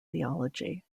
theology